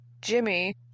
Jimmy